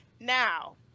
now